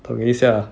等一下